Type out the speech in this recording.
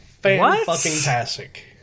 fantastic